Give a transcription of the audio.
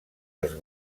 els